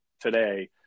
today